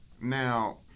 Now